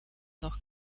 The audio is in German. noch